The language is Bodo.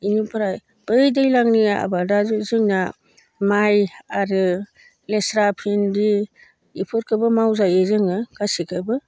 बेनिफ्राय बै दैज्लांनि आबादा जोंनिया माइ आरो लेस्रा भिन्दि बेफोरखौबो मावजायो जोङो गासैखौबो